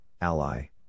ally